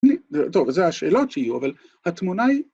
‫טוב, זה השאלות שיהיו, ‫אבל התמונה היא...